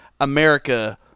America